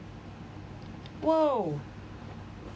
!wow!